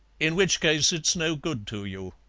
in which case it's no good to you.